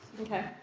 Okay